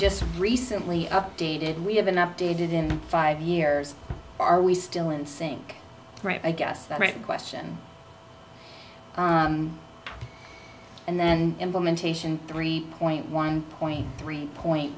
just recently updated we haven't updated in five years are we still in sync right i guess the right question and then implementation three point one point three point